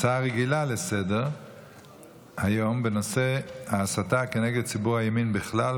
הצעה רגילה לסדר-היום בנושא: ההסתה כנגד ציבור הימין בכלל,